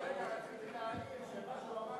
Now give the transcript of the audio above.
רציתי להעיר שמה שהוא אמר,